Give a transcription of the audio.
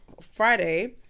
Friday